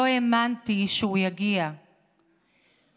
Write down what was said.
שהוא יגיעו אליהם.